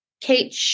Kate